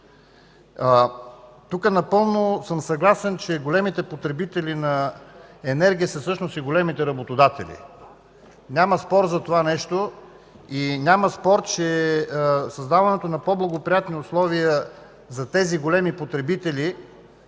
Напълно съм съгласен, че големите потребители на енергия са всъщност и големите работодатели. Няма спор за това нещо и няма спор, че създаването на по-благоприятни условия за тези големи потребители